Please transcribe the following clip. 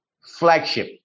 flagship